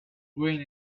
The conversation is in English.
green